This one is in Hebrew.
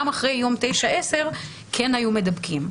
אחרי היום התשיעי והעשירי כן היו מדבקים.